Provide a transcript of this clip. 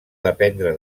dependre